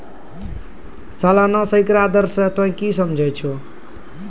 सलाना सैकड़ा दर से तोंय की समझै छौं